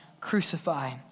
crucify